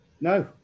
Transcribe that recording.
No